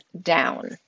down